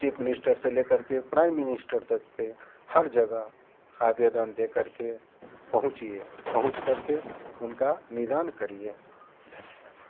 chief minister से ले करके प्राइम मिनिस्टर तक पे हर जगह आवेदन दे करके पहुँचिये पहुँच करके उनका निदान करिये धन्यवाद